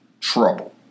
trouble